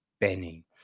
Benny